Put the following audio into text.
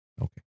Okay